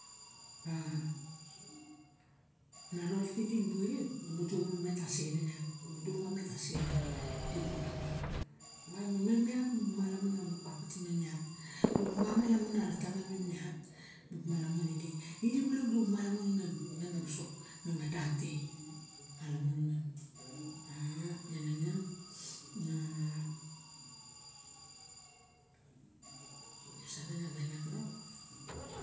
A ana roiolti tick dibu ilip oli bu dixu was mem tasixine iak di bu papa ma inso iat mi bu malamun a bu papa timem iat mi bu mama lanium ara tama mem iat mu buk malamun ide. ide silok dibuk malamun imem a wisok mem da ti di malamun imem mi no save bai nom nau?